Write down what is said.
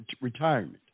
retirement